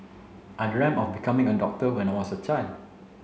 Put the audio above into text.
I dreamt of becoming a doctor when I was a child